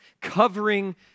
Covering